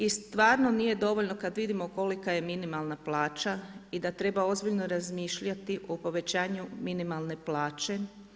I stvarno nije dovoljno kada vidimo kolika je minimalna plaća i da treba ozbiljno razmišljati o povećanju minimalne plaće.